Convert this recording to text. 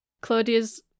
Claudia's